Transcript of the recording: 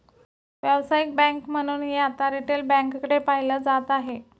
व्यावसायिक बँक म्हणूनही आता रिटेल बँकेकडे पाहिलं जात आहे